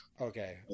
Okay